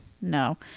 no